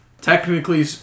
technically